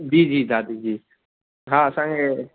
जी जी दादी जी हा असांखे